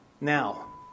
now